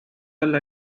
olla